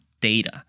data